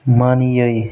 मानियै